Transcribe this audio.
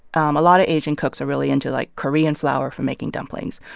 um a lot of asian cooks are really into, like, korean flour for making dumplings.